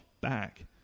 back